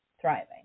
thriving